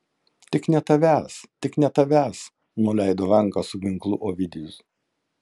tik ne tavęs tik ne tavęs nuleido ranką su ginklu ovidijus